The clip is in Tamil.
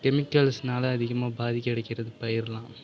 கெமிக்கல்ஸுனால அதிகமாக பாதிப்படைகிறது பயிருலாம்